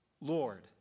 Lord